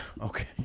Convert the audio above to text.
Okay